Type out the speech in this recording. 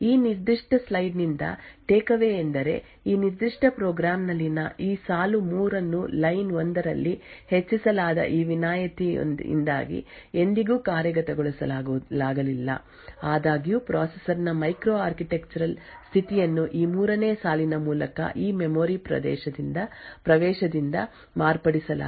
ಈ ನಿರ್ದಿಷ್ಟ ಸ್ಲೈಡ್ ನಿಂದ ಟೇಕ್ ಅವೇ ಯೆಂದರೆ ಈ ನಿರ್ದಿಷ್ಟ ಪ್ರೋಗ್ರಾಂ ನಲ್ಲಿನ ಈ ಸಾಲು 3 ಅನ್ನು ಲೈನ್ 1 ರಲ್ಲಿ ಹೆಚ್ಚಿಸಲಾದ ಈ ವಿನಾಯಿತಿಯಿಂದಾಗಿ ಎಂದಿಗೂ ಕಾರ್ಯಗತಗೊಳಿಸಲಾಗಿಲ್ಲ ಆದಾಗ್ಯೂ ಪ್ರೊಸೆಸರ್ ನ ಮೈಕ್ರೋ ಆರ್ಕಿಟೆಕ್ಚರಲ್ ಸ್ಥಿತಿಯನ್ನು ಈ ಮೂರನೇ ಸಾಲಿನ ಮೂಲಕ ಈ ಮೆಮೊರಿ ಪ್ರವೇಶದಿಂದ ಮಾರ್ಪಡಿಸಲಾಗಿದೆ